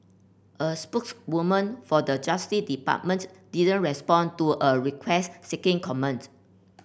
a spokeswoman for the Justice Departments didn't respond to a request seeking comments